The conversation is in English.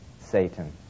Satan